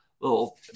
little